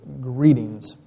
greetings